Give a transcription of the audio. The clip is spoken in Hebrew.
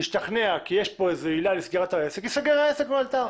משתכנע כי יש כאן עילה לסגירת העסק ייסגר העסק לאלתר.